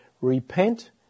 Repent